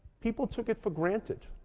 people took it for granted.